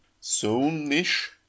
soon-ish